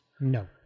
No